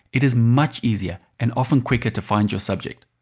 it is much easier and often quicker to find your subject.